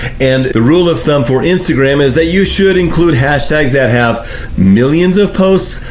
and the rule of thumb for instagram is that you should include hashtags that have millions of posts,